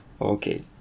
Okay